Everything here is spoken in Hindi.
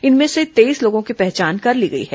इनमें से तेईस लोगों की पहचान कर ली गई है